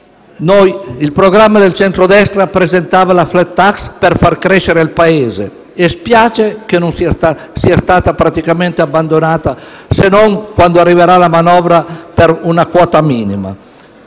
il programma del centrodestra presentava la *flat tax* per far crescere il Paese e spiace che sia stata praticamente abbandonata, se non per una quota minima